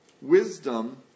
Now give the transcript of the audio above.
wisdom